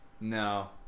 No